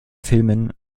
filmen